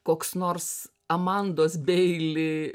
koks nors amandos beili